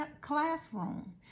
classroom